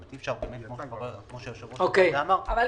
אגב,